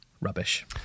rubbish